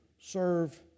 serve